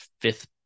fifth